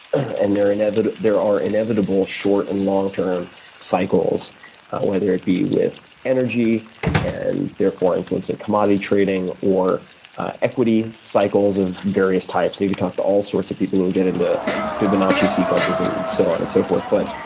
and there are inevitable there are inevitable short and long term cycles whether it be with energy and therefore influencing commodity trading, or equity cycles of various types, and you could talk to all sorts of people who get into fibonacci sequences and so on and so forth, but